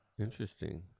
Interesting